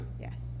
Yes